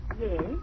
Yes